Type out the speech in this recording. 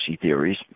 theories